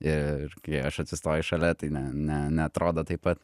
ir kai aš atsistoju šalia tai ne ne neatrodo taip pat